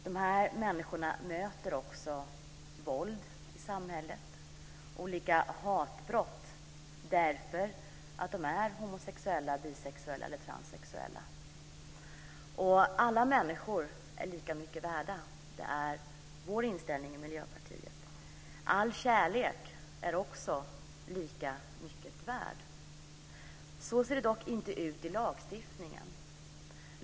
Dessa människor möter också våld och olika hatbrott i samhället därför att de är homosexuella, bisexuella eller transsexuella. Vår inställning i Miljöpartiet är att alla människor är lika mycket värda. All kärlek är också lika mycket värd. Så ser det dock inte ut i lagstiftningen.